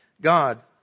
God